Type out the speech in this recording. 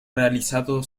realizado